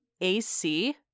AC